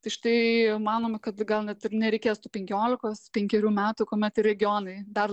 tai štai manome kad gal net ir nereikės tų penkiolikos penkerių metų kuomet ir regionai dar